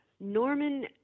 Norman